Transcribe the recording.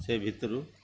ସେ ଭିତରୁ